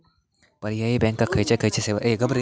पर्यायी बँका खयचे खयचे सेवा देतत?